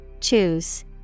Choose